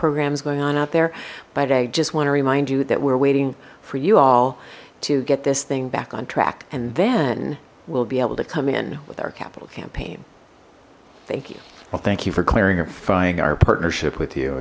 programs going on out there but i just want to remind you that we're waiting for you all to get this thing back on track and then we'll be able to come in with our capital campaign thank you well thank you for clarifying our partnership with you